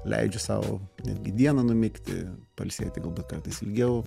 leidžiu sau netgi dieną numigti pailsėti galbūt kartais ilgiau